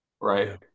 right